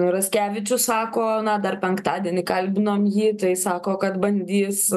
raskevičius sako na dar penktadienį kalbinom jį tai sako kad bandys